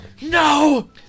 no